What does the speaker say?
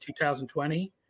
2020